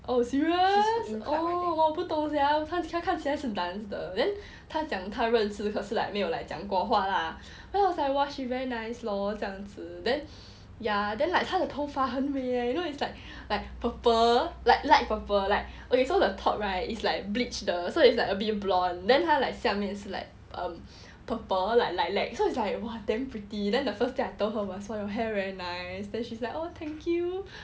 oh serious oh 我不懂 sia 他看起来是 dance 的 then 他讲他认识可是 like 没有讲 like 讲过话 lah then I was like !wah! she very nice lor 这样子 then ya then like 他的头发很美 you know it's like purple like light purple okay so the top right is like bleach 的 then a bit blonde then 他 like 下面是 like um purple like lilac so it's like !wah! damn pretty then the first thing I told her was her hair very nice then she's like oh thank you